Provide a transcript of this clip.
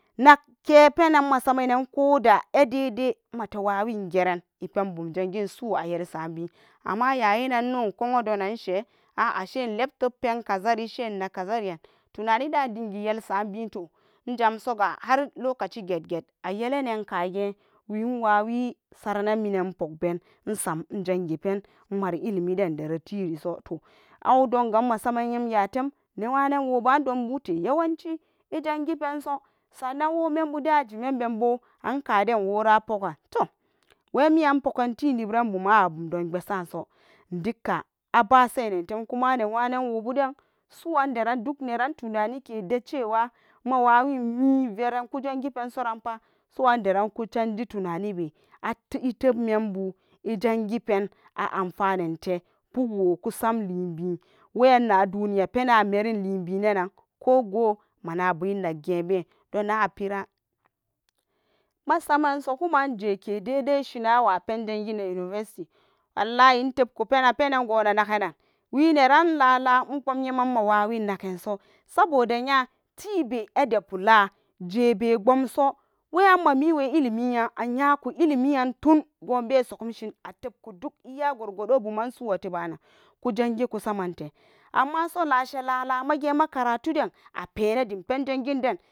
Nakkepenan masamen koda eh dede mate wawin geren ipenbum jangin su ayelsabi, amma yayiran ino inkowu dunan she a'a she lab tebten kazari shenag kazarian tonanida dingi yelsabi toh injamsoga har lokaci gedged ayelennin kagi wi wawi saranan inpogben insam injangipen inmari ilimidan dare tiriso toh, an donga masamen yem ya tem newanen woba donbute yawanci ijangi penso sa'ananwo membuden ajimen benbo ankaden wora apogan, toh wemi an pogan tinibranbuma abumdon basaso indigka abasenen temkuma newanenwobudan suwanderan tunanike deciwa mawawin me veren ku jangipensoranpa suwan derak ku canji tunanibe iteb membu ijangi pen a'anfanente, pukwo kusmalibi weyan naduniga penan a merin libinenan ko go manabu inaggebe dona pera masamen sogoman jike dedeshi nan iwapen jangina university, wallahi intepku pena penan go anaganan wineran ilala ingbom yeman mawausinnaken so saboda nya tibi ide pula jebe gbomso weyan mamiwe ilimiya a yaku ilimiyan tun gobe sogom shin atepku duk iya gorgodo bumman su a tobanan kujangi kusamente, ammasu lashe lalashe gema karatuden apena dem pen jangin dem.